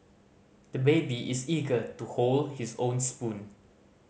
the baby is eager to hold his own spoon